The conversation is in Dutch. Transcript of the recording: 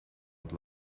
het